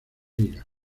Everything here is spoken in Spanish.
ligas